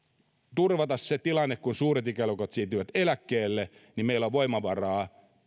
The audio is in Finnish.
turvata se tilanne että kun suuret ikäluokat siirtyvät eläkkeelle niin meillä on voimavaraa